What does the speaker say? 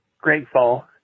grateful